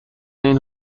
این